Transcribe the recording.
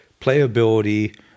playability